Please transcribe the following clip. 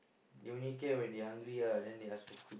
they only care when they hungry ah then they ask for food